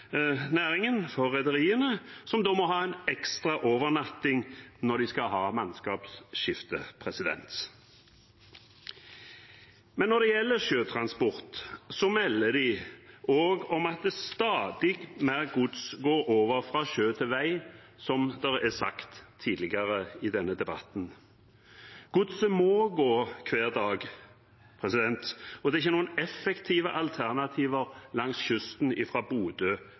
må ha en ekstra overnatting når de skal ha mannskapsskifte. Når det gjelder sjøtransport, melder de også om at stadig mer gods går over fra sjø til vei, som det er sagt tidligere i denne debatten. Godset må gå hver dag, og det er ikke noen effektive alternativer langs kysten fra Bodø